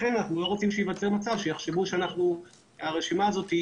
לכן אנחנו לא רוצים שייווצר מצב שיחשבו שהרשימה הזאת,